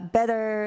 better